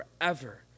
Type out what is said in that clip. forever